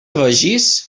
veges